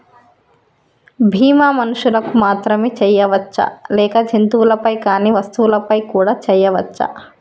బీమా మనుషులకు మాత్రమే చెయ్యవచ్చా లేక జంతువులపై కానీ వస్తువులపై కూడా చేయ వచ్చా?